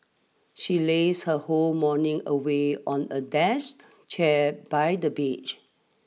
she lazed her whole morning away on a dash chair by the beach